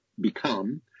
become